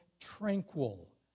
tranquil